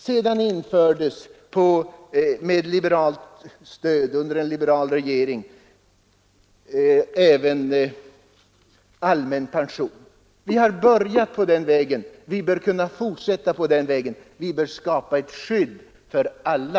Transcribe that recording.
Med liberalt stöd och med en liberal regering infördes sedan också folkpensionen 1913. Vi har börjat med obligatorium och bör kunna fortsätta med det, vi bör skapa ett skydd för alla.